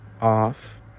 off